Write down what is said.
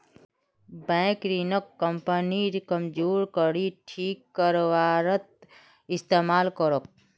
bank ऋणक कंपनीर कमजोर कड़ी ठीक करवात इस्तमाल करोक